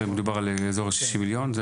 על אזור ה-60 מיליון?